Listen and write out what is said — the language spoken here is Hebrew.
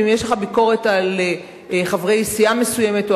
ואם יש לך ביקורת על חברי סיעה מסוימת או